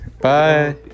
bye